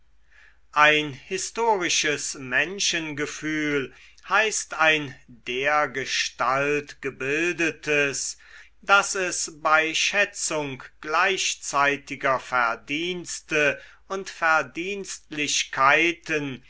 ein historisches menschengefühl heißt ein dergestalt gebildetes daß es bei schätzung gleichzeitiger verdienste und verdienstlichkeiten